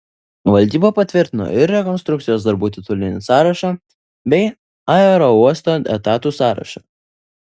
valdyba patvirtino ir rekonstrukcijos darbų titulinį sąrašą bei aerouosto etatų sąrašą